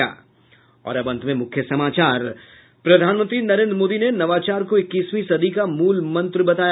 और अब अंत में मुख्य समाचार प्रधानमंत्री नरेन्द्र मोदी ने नवाचार को इक्कीसवीं सदी का मूलमंत्र बताया